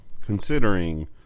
considering